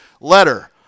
letter